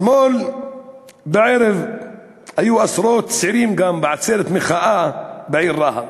אתמול בערב היו עשרות צעירים גם בעצרת מחאה בעיר רהט.